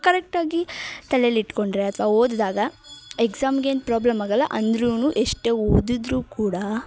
ಕರೆಕ್ಟಾಗಿ ತಲೆಲಿ ಇಟ್ಕೊಂಡರೆ ಅಥ್ವಾ ಓದಿದಾಗ ಎಕ್ಸಾಮ್ಗೇನು ಪ್ರಾಬ್ಲಮ್ ಆಗಲ್ಲ ಅಂದರೂ ಎಷ್ಟೇ ಓದಿದ್ದರೂ ಕೂಡ